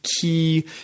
key